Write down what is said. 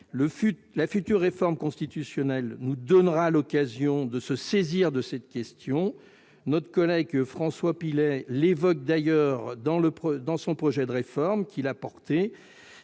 La future réforme constitutionnelle nous donnera l'occasion de nous saisir de cette question. François Pillet l'évoque d'ailleurs dans le projet de réforme qu'il a soutenu